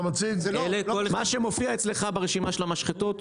מה שמופיע אצלך ברשימה של המשחטות?